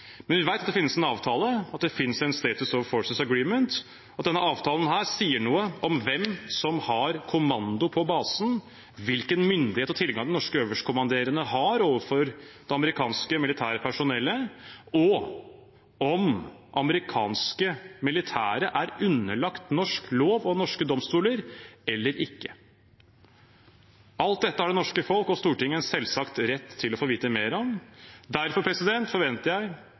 Men vi vet at det finnes en avtale, at det finnes en «status of forces agreement», at denne avtalen sier noe om hvem som har kommando på basen, hvilken myndighet og tilgang den norske øverstkommanderende har overfor det amerikanske militære personellet, og om amerikanske militære er underlagt norsk lov og norske domstoler eller ikke. Alt dette har det norske folk og Stortinget en selvsagt rett til å få vite mer om. Derfor forventer jeg